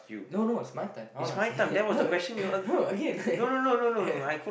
no no it's my turn honest eh no no again